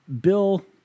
Bill